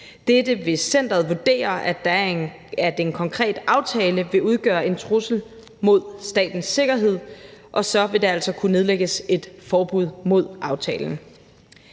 hvis centeret vurderer, at en konkret aftale vil udgøre en trussel mod statens sikkerhed, og så vil der altså kunne nedlægges et forbud mod aftalen.